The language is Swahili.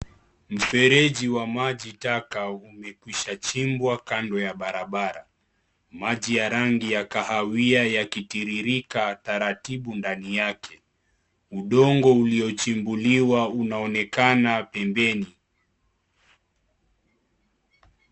Mfereji wa majitaka umekwisha chimbwa kando ya barabara. Maji ya rangi ya kahawia yakitiririka taratibu ndani yake. Udongo uliochimbuliwa inaonekana pembeni.